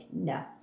no